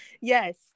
Yes